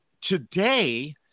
today